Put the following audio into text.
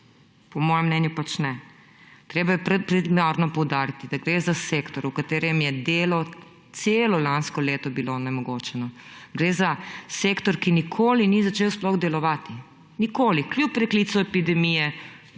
Po mojem mnenju ne. Treba je preliminarno poudariti, da gre za sektor, v katerem je delo celo lansko leto bilo onemogočeno. Gre za sektor, ki nikoli ni začel sploh delovati. Nikoli! Kljub preklicu epidemije